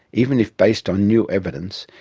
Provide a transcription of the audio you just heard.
even if based on new evidence,